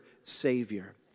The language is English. Savior